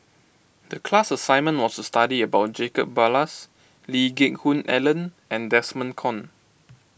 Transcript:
the class assignment was to study about Jacob Ballas Lee Geck Hoon Ellen and Desmond Kon